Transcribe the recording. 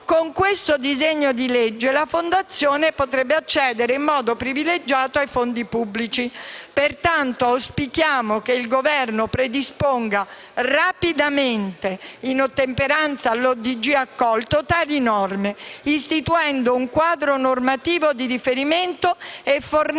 con questo disegno di legge, la Fondazione potrebbe accedere in modo privilegiato ai fondi pubblici. Pertanto, auspichiamo che il Governo predisponga rapidamente, in ottemperanza all'ordine del giorno accolto, tali norme, istituendo un quadro normativo di riferimento e fornendo